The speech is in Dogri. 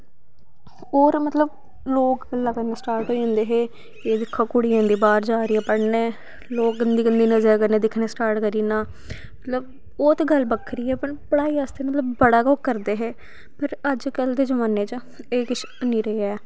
होर मतलव लोक गल्लां करना स्टार्ट होेई जंदे हे एह् दिक्खो कुड़ी इं'दी बाह्र जा दी ऐ पढ़ने लोक गंदी गंदी नज़रें कन्नै दिक्खना स्टार्ट करी ओड़ना मतलव ओह् ते गल्ल बक्खरी ऐ पर पढ़ाई आस्तै बड़ा गै ओह् करदे हे पर अज्जकल दे जमाने च एह् किश हैनी रेहा ऐ